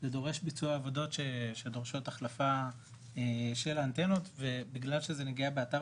זה דורש ביצוע עבודות שדורשות החלפה של האנטנות ובגלל שזאת נגיעה באתר